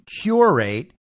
curate